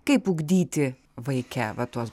kaip ugdyti vaike va tuos